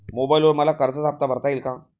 मोबाइलवर मला कर्जाचा हफ्ता भरता येईल का?